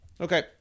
Okay